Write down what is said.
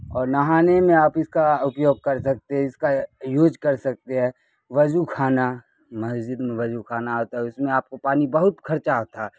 اور نہانے میں آپ اس کا اپیوگ کر سکتے ہیں اس کا یوج کر سکتے ہیں وضو خانہ مسجد میں وضو خانہ ہوتا ہے اس میں آپ کو پانی بہت خرچہ ہوتا ہے